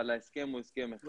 אבל ההסכם הוא לא הסכם אחד,